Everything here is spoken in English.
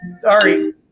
sorry